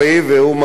מגיע לו,